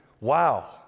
wow